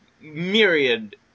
myriad